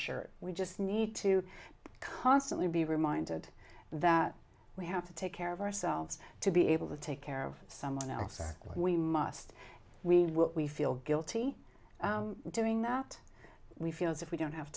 shirt we just need to constantly be reminded that we have to take care of ourselves to be able to take care of someone else or we must we we feel guilty doing that we feel as if we don't have